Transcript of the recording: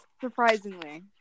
Surprisingly